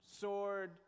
sword